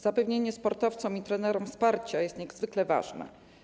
Zapewnienie sportowcom i trenerom wsparcia jest niezwykle ważne.